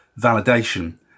validation